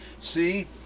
see